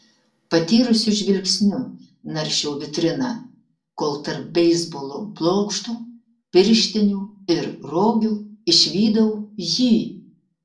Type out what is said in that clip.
patyrusiu žvilgsniu naršiau vitriną kol tarp beisbolo blokštų pirštinių ir rogių išvydau jį